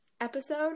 episode